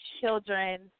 children